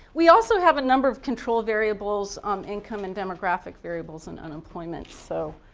we also have a number of control variables um income and demographic variables and on employment so